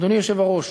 אדוני היושב-ראש,